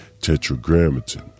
Tetragrammaton